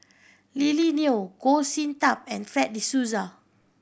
Lily Neo Goh Sin Tub and Fred De Souza